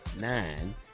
nine